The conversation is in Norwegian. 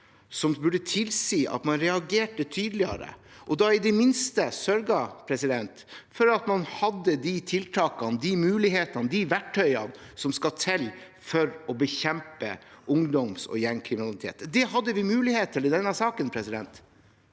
som burde tilsi at man reagerte tydeligere, og i det minste sørget for at man hadde de tiltakene, de mulighetene, de verktøyene som skal til for å bekjempe ungdoms- og gjengkriminalitet. Det hadde vi mulighet til i denne saken, men